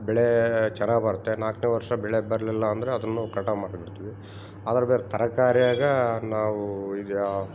ಬೆಳೆ ಚೆನ್ನಾಗಿ ಬರತ್ತೆ ನಾಲ್ಕನೇ ವರ್ಷ ಬೆಳೆ ಬರಲಿಲ್ಲ ಅಂದರೆ ಅದನ್ನು ಕಟಾವ್ ಮಾಡಿ ಬಿಡ್ತೀವಿ ಅದ್ರ ಮೇಲೆ ತರ್ಕಾರಿಯಾಗ ನಾವು ಇದು ಯಾ